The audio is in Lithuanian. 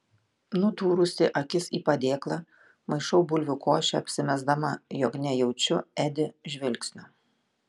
nudūrusi akis į padėklą maišau bulvių košę apsimesdama jog nejaučiu edi žvilgsnio